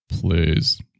Please